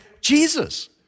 Jesus